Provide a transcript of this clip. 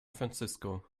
francisco